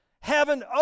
heaven